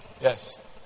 Yes